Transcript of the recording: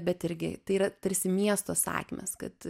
bet irgi tai yra tarsi miesto sakmės kad